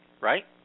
right